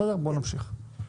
בואו נמשיך.